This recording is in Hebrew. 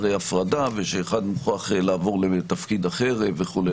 הפרדה ושאחד מוכרח לעבור לתפקיד אחר וכו'.